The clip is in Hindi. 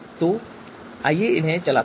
तो चलिए इसे चलाते हैं